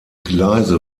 gleise